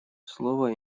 слово